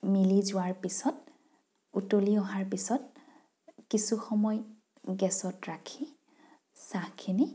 মিলি যোৱাৰ পিছত উতলি অহাৰ পিছত কিছুসময় গেছত ৰাখি চাহখিনি